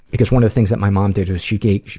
because one of the things that my mom did, was she gave,